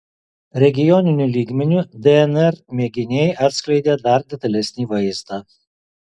regioniniu lygmeniu dnr mėginiai atskleidė dar detalesnį vaizdą